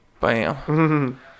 Bam